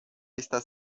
está